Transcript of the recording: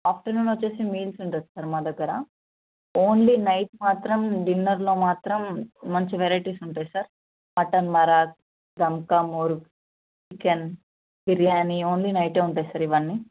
afternoon వచ్చేసి meals ఉంటుంది sir మా దగ్గర ఓన్లీ నైట్ మాత్రం డిన్నర్లో మాత్రం మంచి వెరైటీస్ ఉంటాయి సార్ మటన్ మారాజ్ దమ్కామూర్ చికెన్ బిర్యానీ ఓన్లీ నైటే ఉంటుంది సార్ ఇవన్నీ